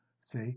see